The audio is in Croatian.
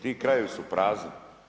Ti krajevi su prazni.